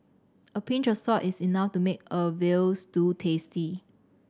a pinch of salt is enough to make a veal stew tasty